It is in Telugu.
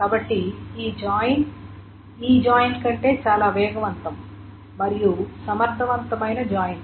కాబట్టి ఈ జాయిన్ ఈ జాయిన్ కంటే చాలా వేగవంతము మరియు సమర్థవంతమైన జాయిన్